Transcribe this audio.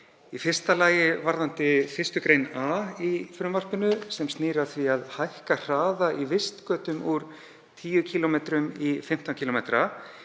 Í fyrsta lagi varðandi a-lið 1. gr. í frumvarpinu sem snýr að því að hækka hraða í vistgötum úr 10 km í 15 km.